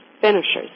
finishers